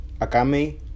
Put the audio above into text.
Akami